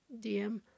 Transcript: DM